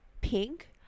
Pink